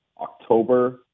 October